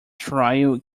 trial